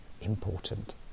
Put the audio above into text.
important